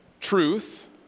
truth